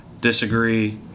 disagree